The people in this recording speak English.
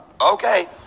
okay